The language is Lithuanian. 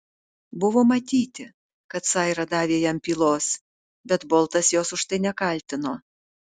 buvo matyti kad saira davė jam pylos bet boltas jos už tai nekaltino